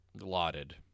lauded